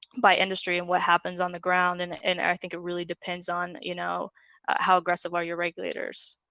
by industry and what happens on the ground and and i think it really depends on you know how aggressive are your regulators?